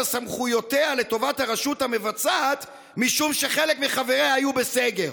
סמכויותיה לטובת הרשות המבצעת משום שחלק מחבריה היו בסגר.